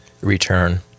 Return